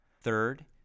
Third